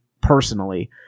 personally